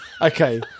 Okay